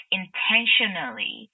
intentionally